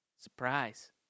Surprise